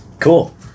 cool